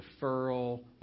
deferral